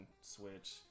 switch